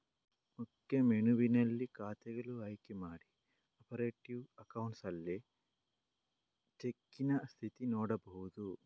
ಮುಖ್ಯ ಮೆನುವಿನಲ್ಲಿ ಖಾತೆಗಳು ಆಯ್ಕೆ ಮಾಡಿ ಆಪರೇಟಿವ್ ಅಕೌಂಟ್ಸ್ ಅಲ್ಲಿ ಚೆಕ್ಕಿನ ಸ್ಥಿತಿ ನೋಡ್ಬಹುದು